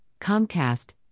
Comcast